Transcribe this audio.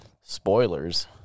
Spoilers